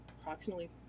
approximately